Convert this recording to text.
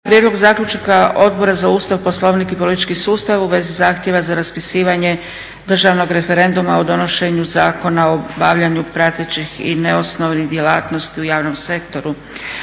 Prijedlog zaključaka Odbora za Ustav, Poslovnik i politički sustav u vezi zahtjeva za raspisivanje državnog referenduma o donošenju Zakona o obavljanju pratećih i neosnovnih djelatnosti u javnom sektoru